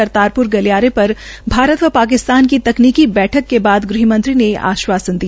करताप्र गलियारे पर भारत व पाकिस्तान की तकनीकी बैठक के बाद गृहमंत्री ने ये आश्वासन दिया